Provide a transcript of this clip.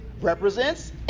represents